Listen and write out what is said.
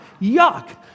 yuck